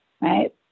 right